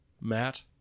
Matt